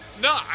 No